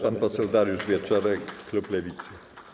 Pan poseł Dariusz Wieczorek, klub Lewicy.